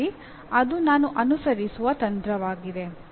ಹಾಗಾಗಿ ಅದು ನಾನು ಅನುಸರಿಸುವ ತಂತ್ರವಾಗಿದೆ